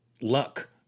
luck